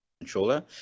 controller